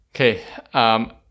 okay